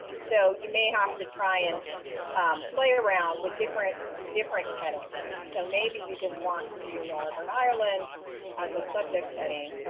so you may have to try and play around with different different headings. so maybe you just want to do northern ireland as a subject heading,